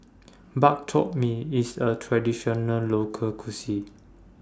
Bak Chor Mee IS A Traditional Local Cuisine